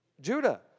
Judah